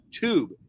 tube